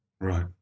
Right